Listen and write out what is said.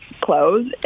clothes